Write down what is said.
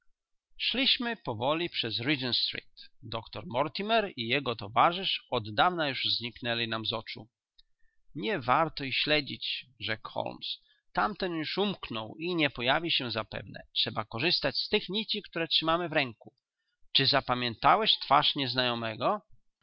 szliśmy powoli przez regent street doktor mortimer i jego towarzysz oddawna już zniknęli nam z oczu nie warto ich śledzić rzekł holmes tamten już umknął i nie pojawi się zapewne trzeba korzystać z tych nici które trzymamy w ręku czy zapamiętałeś twarz nieznajomego